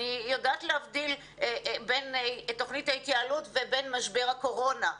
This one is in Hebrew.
אני יודעת להבדיל בין תוכנית ההתייעלות לבין משבר הקורונה,